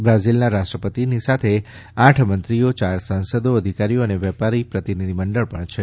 બ્રાઝીલના રાષ્ટ્રપતિની સાથે આઠ મંત્રીઓ ચાર સાંસદો અધિકારીઓ અને વેપાર પ્રતિનિધિમંડળ પણ છે